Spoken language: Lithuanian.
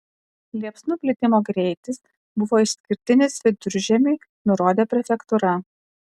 liepsnų plitimo greitis buvo išskirtinis viduržiemiui nurodė prefektūra